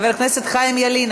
חבר הכנסת חיים ילין,